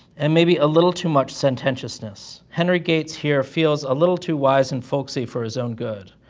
and maybe a little too much sententiousness henry gates here feels a little too wise and folksy for his own good.